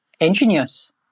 engineers